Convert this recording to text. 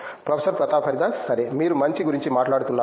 professor Pratap Haridas సరే మీరు మంచి గురించి మాట్లాడుతున్నారు